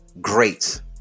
Great